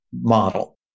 model